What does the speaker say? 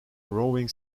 rowing